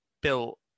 built